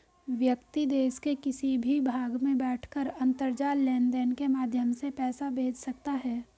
व्यक्ति देश के किसी भी भाग में बैठकर अंतरजाल लेनदेन के माध्यम से पैसा भेज सकता है